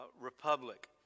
Republic